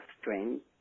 strength